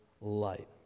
light